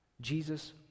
Jesus